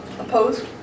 Opposed